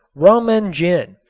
rum and gin,